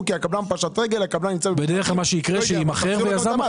מה שיקרה זה שהדירה תימכר,